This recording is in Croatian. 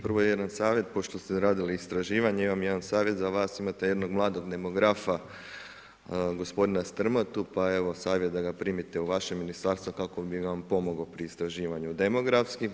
Prvo jedan savjet, pošto ste radili istraživanje, imam jedan savjet za vas imate jednog mladog demografa gospodina Strmotu pa evo savjet da ga primite u vaše ministarstvo kako bi vam pomogao pri istraživanju demografskim.